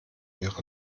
ihre